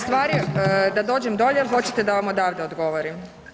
Stvar je, da dođem dolje ili hoćete da vam odavde odgovorim?